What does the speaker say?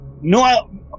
no